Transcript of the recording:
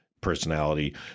personality